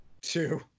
two